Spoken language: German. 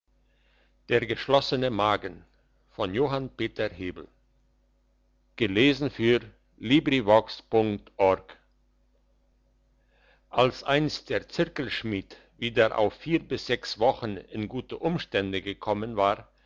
der geschlossene magen als einst der zirkelschmied wieder auf vier bis sechs wochen in gute umstände gekommen war